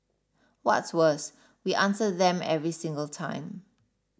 what's worse we answer them every single time